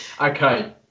Okay